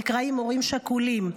נקראים הורים שכולים.